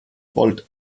volt